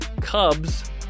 cubs